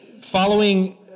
following